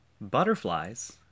butterflies